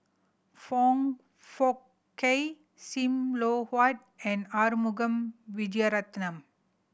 Foong Fook Kay Sim Loh Huat and Arumugam Vijiaratnam